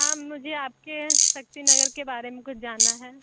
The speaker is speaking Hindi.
हाँ मुझे आपके शक्ति नगर के बारे में कुछ जानना है